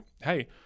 hey